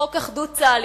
חוק אחדות צה"ל,